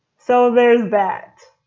so there's that.